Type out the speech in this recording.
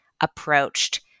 approached